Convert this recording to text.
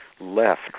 left